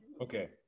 Okay